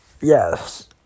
yes